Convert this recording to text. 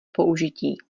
použití